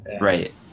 Right